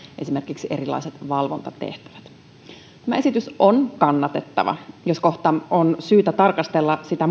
esimerkiksi erilaiset valvontatehtävät tämä esitys on kannatettava jos kohta on syytä tarkastella sitä